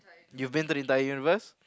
you've been to the entire universe